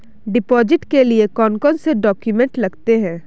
Deposit के लिए कौन कौन से डॉक्यूमेंट लगते?